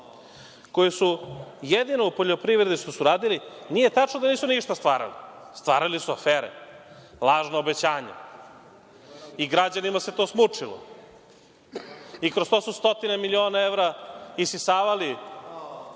koji su jedino u poljoprivredi što su radili, nije tačno da nisu ništa stvarali, stvarali su afere, lažna obećanja i građanima se to smučilo i kroz to su stotine miliona evra isisavali